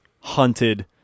hunted